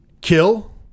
kill